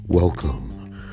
Welcome